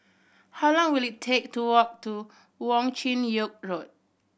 how long will it take to walk to Wong Chin Yoke Road